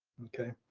okay.